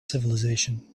civilisation